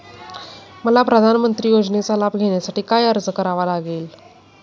मला प्रधानमंत्री योजनेचा लाभ घेण्यासाठी काय अर्ज करावा लागेल?